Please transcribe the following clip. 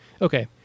Okay